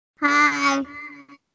Hi